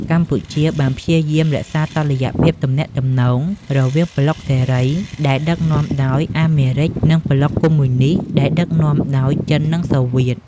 កម្ពុជាបានព្យាយាមរក្សាតុល្យភាពទំនាក់ទំនងរវាងប្លុកសេរី ដែលដឺកនាំដោយអាមេរិក និងប្លុកកុម្មុយនីស្តដែលដឺកនាំដោ ចិននិងសូវៀត។